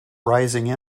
rising